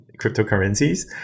cryptocurrencies